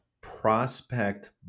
prospect